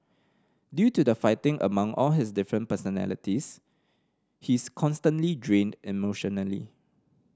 due to the fighting among all his different personalities he's constantly drained emotionally